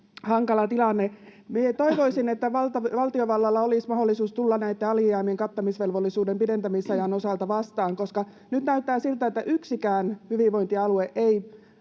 hankala tilanne. Minä toivoisin, että valtiovallalla olisi mahdollisuus tulla näitten alijäämien kattamisvelvollisuuden pidentämisajan osalta vastaan, koska nyt näyttää siltä, että yksikään hyvinvointialue ei